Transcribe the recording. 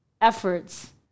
efforts